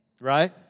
Right